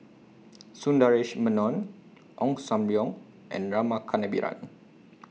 Sundaresh Menon Ong SAM Leong and Rama Kannabiran